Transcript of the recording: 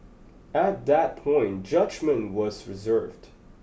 at that point judgement was reserved